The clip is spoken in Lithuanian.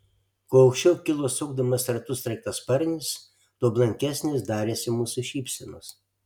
kuo aukščiau kilo sukdamas ratus sraigtasparnis tuo blankesnės darėsi mūsų šypsenos